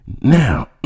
now